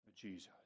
Jesus